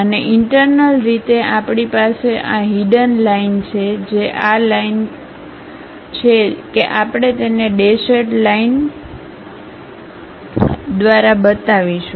અને ઇન્ટર્નલ રીતે આપણી પાસે આ હીડન લાઈનછે જે આ લાઈન ઓ છે કે આપણે તેને ડેશેડ લાઈનો દ્વારા બતાવીશું